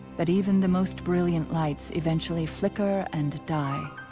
but even the most brilliant lights eventually flicker and die.